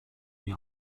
die